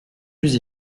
plus